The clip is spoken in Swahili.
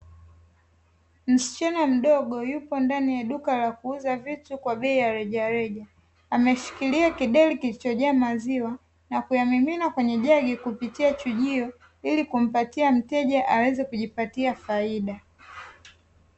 Msichana mdogo yupo ndani ya duka la kuuza vitu kwa bei ya rejareja, ameshikilia kideri kilichojaa maziwa na kuyamimina kwenye jagi kupitia chujio ili kumpatia mteja aweze kujipatia faida